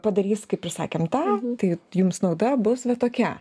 padarys kaip ir sakėm tą tai jums nauda bus va tokia